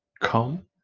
come